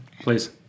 Please